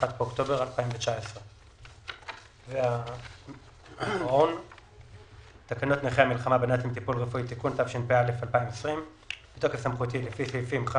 1 באוקטובר 2019. בתוקף סמכותי לפי סעיפים 5,